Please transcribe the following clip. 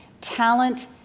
Talent